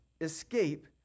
escape